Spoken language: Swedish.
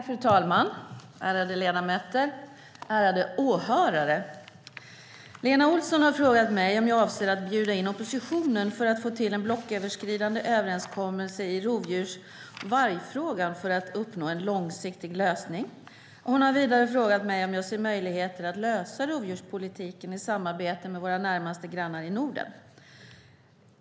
Fru talman, ärade ledamöter och ärade åhörare! Lena Olsson har frågat mig om jag avser att bjuda in oppositionen för att få till en blocköverskridande överenskommelse i rovdjurs och vargfrågan för att uppnå en långsiktig lösning. Hon har vidare frågat mig om jag ser möjligheter att lösa rovdjurspolitiken i samarbete med våra närmaste grannar i Norden.